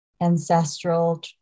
ancestral